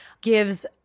gives